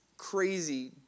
Crazy